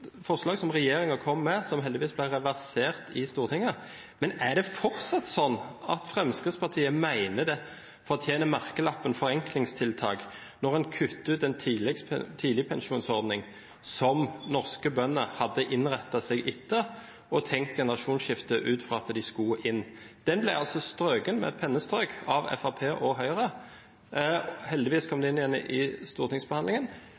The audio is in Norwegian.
forslag som regjeringen kom med, som heldigvis ble reversert i Stortinget: Er det fortsatt slik at Fremskrittspartiet mener det fortjener merkelappen forenklingstiltak når man kutter ut en tidligpensjonsordning, som norske bønder hadde innrettet seg etter og tenkt generasjonsskifte ut fra? Den ble altså strøket med et pennestrøk fra Fremskrittspartiet og Høyre. Heldigvis kom den inn igjen ved stortingsbehandlingen.